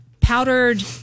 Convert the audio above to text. powdered